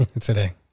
today